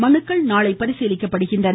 மனுக்கள் நாளை பரிசீலிக்கப்படுகின்றன